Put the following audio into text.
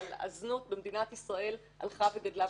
אבל הזנות במדינת ישראל הלכה וגדלה,